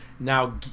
Now